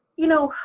you know,